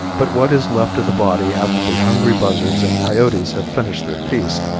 but what is left of the body after the hungry buzzards and coyotes have finished their feast,